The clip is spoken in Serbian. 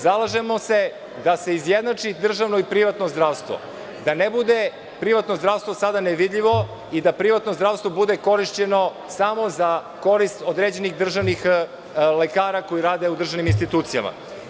Zalažemo se da se izjednači privatno i državno zdravstvo, da ne bude privatno zdravstvo sada nevidljivo i da privatno zdravstvo bude korišćeno samo za korist određenih državnih lekara koji rade u državnim institucijama.